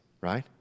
right